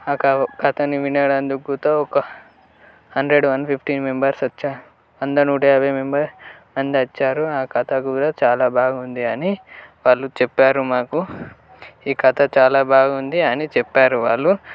ఆ క కథ వినడంకుతో ఒక హండ్రడ్ వన్ ఫిఫ్టీన్ మెంబర్స్ వచ్చారు వంద నూట యాభై మంది వచ్చారు ఆ కథ కూడా చాలా బాగుంది అని వాళ్ళు చెప్పారు మాకు ఈ కథ చాలా బాగుంది అని చెప్పారు వాళ్ళు